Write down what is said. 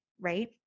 right